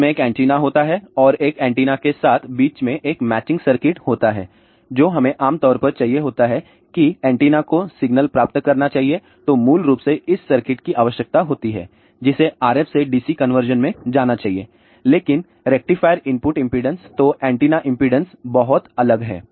इसमें एक एंटीना होता है और एक एंटीना के साथ बीच में एक मैचिंग सर्किट होता है जो हमें आमतौर पर चाहिए होता है की एंटीना को सिग्नल प्राप्त करना चाहिए तो मूल रूप से इस सर्किट की आवश्यकता होती है और जिसे RF से DC कन्वर्जन में जाना चाहिए लेकिन रेक्टिफायर इनपुट इम्पीडेन्स तो एंटीना इम्पीडेन्स बहुत अलग है